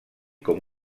com